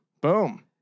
Boom